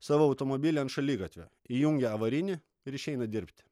savo automobilį ant šaligatvio įjungia avarinį ir išeina dirbti